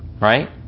right